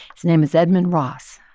his name is edmund ross.